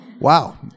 Wow